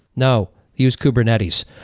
no. use kubernetes.